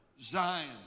Zion